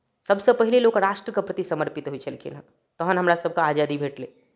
सभसँ पहिने लोक राष्ट्रके प्रति समर्पित होइ छलखिन हेँ तखन हमरासभके आजादी भेटलै